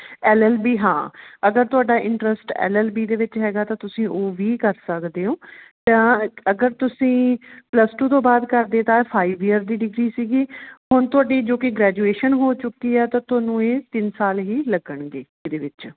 L L B ਹਾਂ ਅਗਰ ਤੁਹਾਡਾ ਇੰਟਰਸਟ ਐੱਲ ਐੱਲ ਬੀ ਦੇ ਵਿੱਚ ਹੈਗਾ ਤਾਂ ਤੁਸੀਂ ਉਹ ਵੀ ਕਰ ਸਕਦੇ ਓਂ ਜਾਂ ਅਗਰ ਤੁਸੀਂ ਪਲੱਸ ਟੂ ਤੋਂ ਬਾਅਦ ਕਰਦੇ ਤਾਂ ਫਾਈਵ ਈਅਰ ਦੀ ਡਿਗਰੀ ਸੀਗੀ ਹੁਣ ਤੁਹਾਡੀ ਜੋ ਕਿ ਗਰੈਜੂਏਸ਼ਨ ਹੋ ਚੁੱਕੀ ਹੈ ਤਾਂ ਤੁਹਾਨੂੰ ਇਹ ਤਿੰਨ ਸਾਲ ਹੀ ਲੱਗਣਗੇ ਇਹਦੇ ਵਿੱਚ